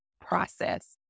process